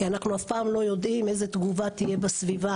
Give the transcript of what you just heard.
כי אנחנו אף פעם לא יודעים איזה תגובה תהיה בסביבה.